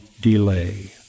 delay